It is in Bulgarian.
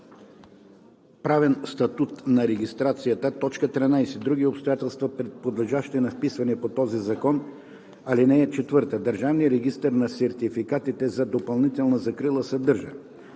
правен статус на регистрацията; 13. други обстоятелства, подлежащи на вписване по този закон. (4) Държавният регистър на сертификатите за допълнителна закрила съдържа: